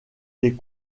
des